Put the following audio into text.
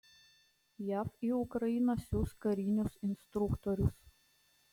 jav į ukrainą siųs karinius instruktorius